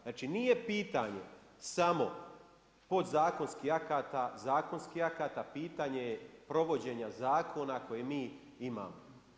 Znači nije pitanje samo podzakonskih akata, zakonskih akata, pitanje je provođenja zakona koje mi imamo.